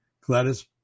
Gladys